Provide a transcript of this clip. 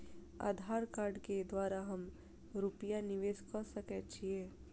आधार कार्ड केँ द्वारा हम रूपया निवेश कऽ सकैत छीयै?